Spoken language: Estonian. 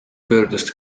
pöördus